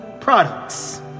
products